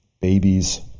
babies